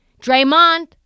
Draymond